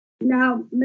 Now